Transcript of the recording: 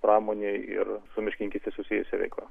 pramonei ir su miškininkyste susijusia veikla